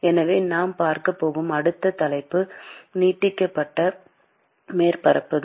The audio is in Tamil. எனவே நாம் பார்க்கப் போகும் அடுத்த தலைப்பு நீட்டிக்கப்பட்ட மேற்பரப்புகள்